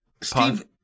Steve